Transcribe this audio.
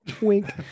wink